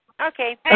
Okay